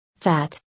fat